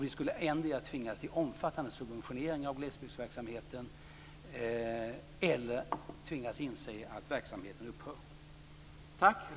Vi skulle endera tvingas till omfattande subventionering av glesbygdsverksamheten eller tvingas inse att verksamheten upphör.